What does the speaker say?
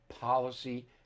policy